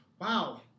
wow